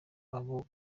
abo